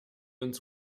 uns